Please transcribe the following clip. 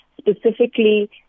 Specifically